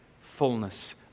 fullness